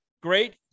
great